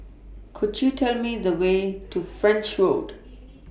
Could YOU Tell Me The Way to French Road